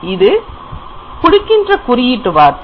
இது கொடுக்கின்ற குறியீட்டு வார்த்தை